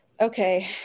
Okay